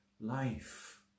life